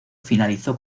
finalizó